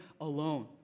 alone